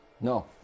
No